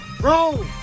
roll